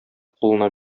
кулына